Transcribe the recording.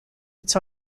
its